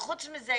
וחוץ מזה,